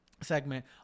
segment